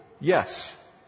Yes